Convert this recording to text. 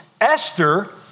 Esther